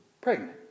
pregnant